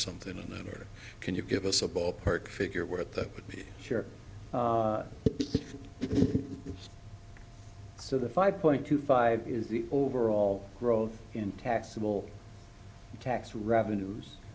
something in that or can you give us a ballpark figure what that would be here so the five point two five is the overall growth in taxable tax revenues